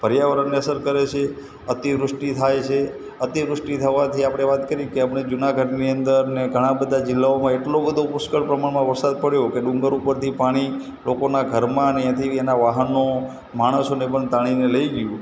પર્યાવરણને અસર કરે છે અતિવૃષ્ટિ થાય છે અતિવૃષ્ટિ થવાથી આપણે વાત કરીએ કે આપણે જુનાગઢની અંદર ને ઘણા બધા જિલ્લાઓની એટલો બધો પુષ્કળ પ્રમાણમાં વરસાદ પડ્યો કે ડુંગર ઉપરથી પાણી લોકોના ઘરમાં ને ત્યાંથી એના વાહનો માણસોને પણ તાણીને લઈ ગયું